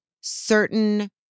certain